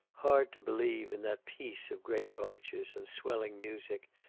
hard to believe, in that peace of great arches and swelling music,